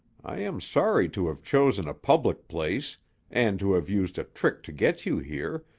i am sorry to have chosen a public place and to have used a trick to get you here,